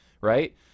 right